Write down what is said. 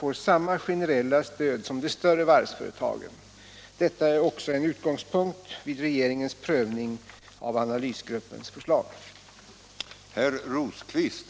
Avser industriministern att i kommande förslag om varvsfrågor föreslå sådana åtgärder att de små och medelstora varven också i fortsättningen kan konkurrera om fartygsnybyggen och reparenter?